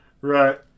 Right